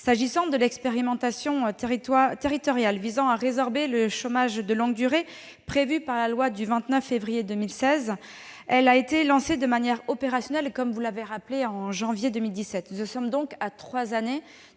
S'agissant de l'expérimentation territoriale visant à résorber le chômage de longue durée prévue par la loi du 29 février 2016, elle a été lancée de manière opérationnelle en janvier 2017. Nous en sommes donc à trois années